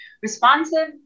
Responsive